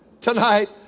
tonight